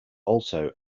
also